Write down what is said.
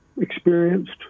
experienced